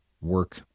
work